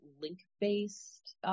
link-based